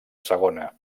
segona